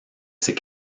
ses